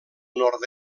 nord